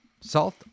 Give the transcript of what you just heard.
Salt